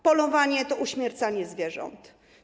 Polowanie to uśmiercanie zwierząt.